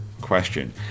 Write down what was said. question